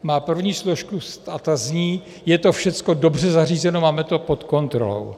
Má první složku a ta zní: je to všecko dobře zařízeno, máme to pod kontrolou.